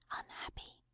unhappy